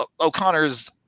O'Connor's